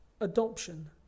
adoption